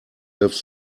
live